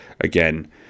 again